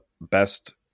best